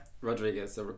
Rodriguez